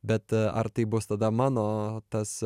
bet ar tai bus tada mano tas